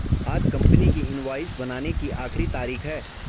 आज कंपनी की इनवॉइस बनाने की आखिरी तारीख है